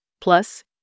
plus